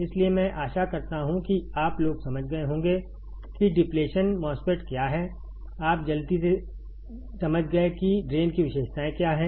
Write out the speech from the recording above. इसलिए मैं आशा करता हूं कि आप लोग समझ गए होंगे कि डिप्लेशन MOSFET क्या है आप जल्दी से समझ गए कि ड्रेन की विशेषताएँ क्या हैं